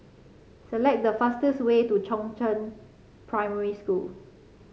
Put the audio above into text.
select the fastest way to Chongzheng Primary School